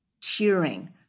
tearing